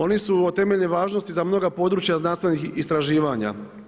Oni su od temeljen važnost za mnoga područja znanstvenih istraživanja.